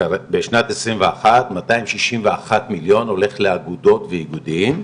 בשנת 2021 מאתיים שישים ואחד מיליון הולך לאגודות ואיגודים.